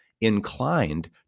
inclined